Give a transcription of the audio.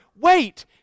wait